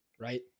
right